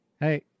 Hey